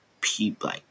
people